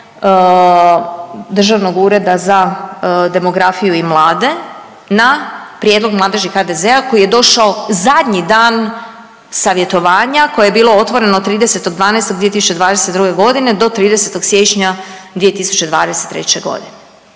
Državnog ureda za demografiju i mlade na prijedlog Mladeži HDZ-a koji je došao zadnji dan savjetovanja koje je bilo otvoreno 30.12.2022. g. do 30. siječnja 2023. g.,